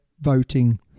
voting